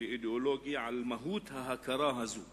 ואידיאולוגי על מהות ההכרה הזאת